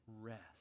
rest